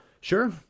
Sure